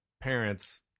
Parents